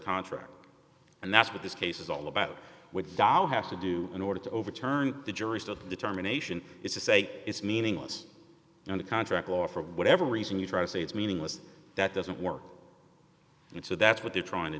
contract and that's what this case is all about with dol has to do in order to overturn the jury's the determination is to say it's meaningless and a contract law for whatever reason you try to say it's meaningless that doesn't work and so that's what they're trying to